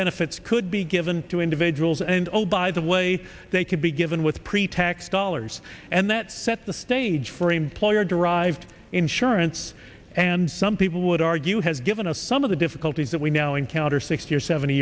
benefits could be given to individuals and oh by the way they could be given with pretax dollars and that sets the stage for employer derived insurance and some people would argue has given us some of the difficulties that we now encounter sixty or seventy